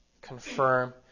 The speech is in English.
confirm